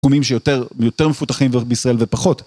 מיקומים שיותר מפותחים בישראל ופחות